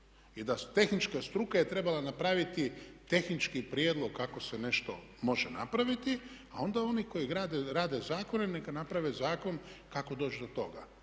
i da tehnička struka je trebala napraviti tehnički prijedlog kako se nešto može napraviti a onda oni koji rade zakone neka naprave zakon kako doći do toga.